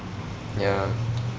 ya